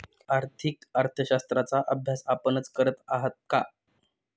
आर्थिक अर्थशास्त्राचा अभ्यास आपणच करत आहात का?